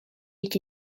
qui